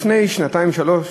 לפני שנתיים-שלוש